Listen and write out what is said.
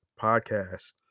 podcast